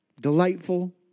delightful